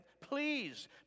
please